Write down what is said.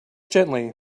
gently